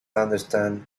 understand